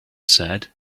said